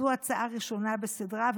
זו הצעה ראשונה בסדרה,